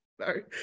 sorry